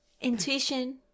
Intuition